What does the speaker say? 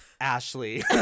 Ashley